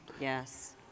Yes